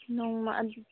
ꯅꯣꯡꯃ